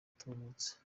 atubutse